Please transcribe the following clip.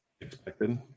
Expected